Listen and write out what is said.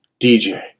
DJ